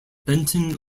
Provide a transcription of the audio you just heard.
benton